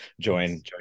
join